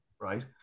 right